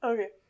Okay